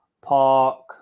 Park